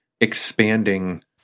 expanding